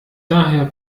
daher